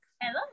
Hello